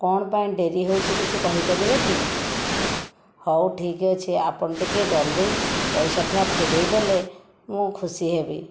କ'ଣ ପାଇଁ ଡେରି ହେଉଛି କିଛି କହିପାରିବେ କି ହେଉ ଠିକ ଅଛି ଆପଣ ଟିକିଏ ଜଲ୍ଦି ପଇସାଟା ଫେରେଇ ଦେଲେ ମୁଁ ଖୁସି ହେବି